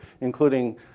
including